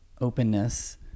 openness